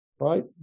right